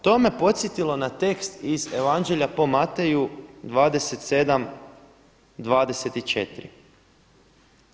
To me podsjetilo na tekst iz evanđelja po Mateju 27.24.